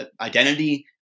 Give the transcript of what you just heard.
identity